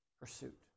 pursuit